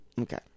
Okay